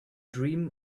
dream